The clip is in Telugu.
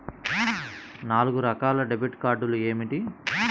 నాలుగు రకాల డెబిట్ కార్డులు ఏమిటి?